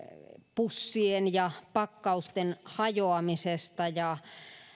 pussien ja pakkausten hajoamisesta ja